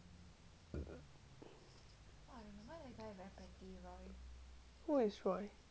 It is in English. who is roy